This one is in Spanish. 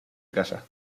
casa